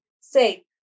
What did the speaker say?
say